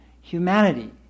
humanity